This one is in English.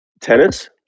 Tennis